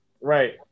Right